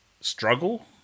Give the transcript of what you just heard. struggle